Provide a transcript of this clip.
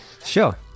Sure